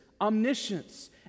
omniscience